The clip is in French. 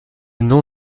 nom